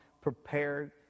prepared